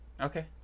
okay